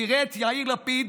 תראה את יאיר לפיד,